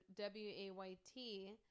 w-a-y-t